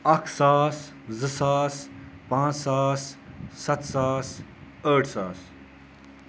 اَکھ ساس زٕ ساس پانٛژھ ساس سَتھ ساس ٲٹھ ساس